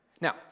Now